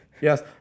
Yes